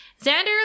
Xander